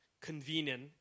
convenient